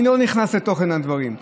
אני לא נכנס לתוכן הדברים,